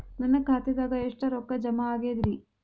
ನನ್ನ ಖಾತೆದಾಗ ಎಷ್ಟ ರೊಕ್ಕಾ ಜಮಾ ಆಗೇದ್ರಿ?